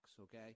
okay